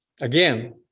Again